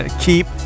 Keep